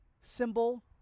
symbol